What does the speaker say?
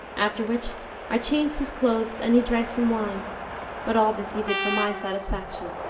after which i changed his clothes and he drank some wine but all this he did for my satisfaction.